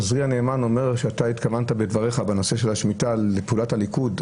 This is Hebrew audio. עוזרי הנאמן אומר שאתה התכוונת בדבריך בנושא של השמיטה לפעולת הליכוד,